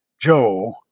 Joe